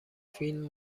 فیلم